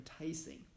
enticing